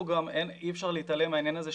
אי אפשר להתעלם מהעניין הזה,